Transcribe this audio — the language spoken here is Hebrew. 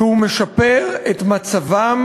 כי הוא משפר את מצבם